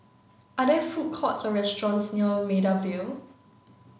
are there food courts or restaurants near Maida Vale